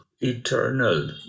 eternal